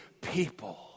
people